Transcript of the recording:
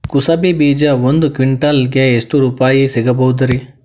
ಕುಸಬಿ ಬೀಜ ಒಂದ್ ಕ್ವಿಂಟಾಲ್ ಗೆ ಎಷ್ಟುರುಪಾಯಿ ಸಿಗಬಹುದುರೀ?